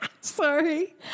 Sorry